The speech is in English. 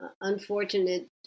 unfortunate